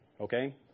okay